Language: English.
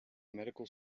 medical